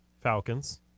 Falcons